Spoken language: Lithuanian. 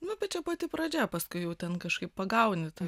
nu bet čia pati pradžia paskui jau ten kažkaip pagauni tą